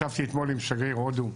ישבתי אתמול עם שגריר הודו.